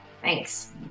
Thanks